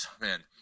man